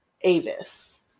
Avis